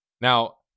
Now